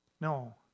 No